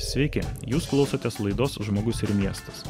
sveiki jūs klausotės laidos žmogus ir miestas